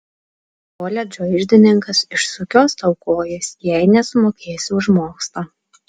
koledžo iždininkas išsukios tau kojas jei nesumokėsi už mokslą